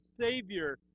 savior